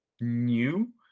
new